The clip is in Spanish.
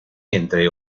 entre